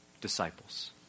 Disciples